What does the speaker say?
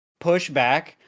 pushback